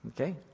Okay